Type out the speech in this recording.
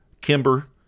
Kimber